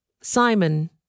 Simon